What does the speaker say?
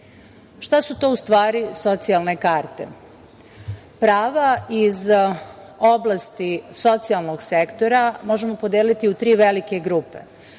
su to u stvari socijalne karte? Prava iz oblasti socijalnog sektora možemo podeliti u tri velike grupe.